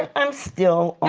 i'm still